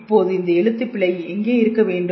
இப்போது இந்த எழுத்துப் பிழை எங்கே இருக்க வேண்டும்